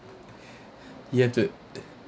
you have to